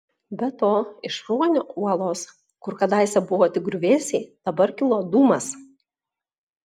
be to iš ruonio uolos kur kadaise buvo tik griuvėsiai dabar kilo dūmas